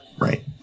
right